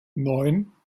neun